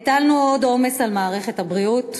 הטלנו עוד עומס על מערכת הבריאות.